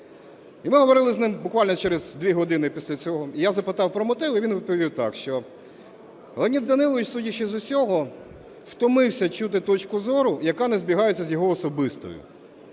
І ми говорили з ним буквально через дві години після цього, і я запитав про мотиви, він відповів так, що Леонід Данилович, судячи з усього, втомився чути точку зору, яка не збігається з його особистою.